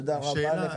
תודה רבה לך.